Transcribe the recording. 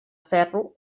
ferro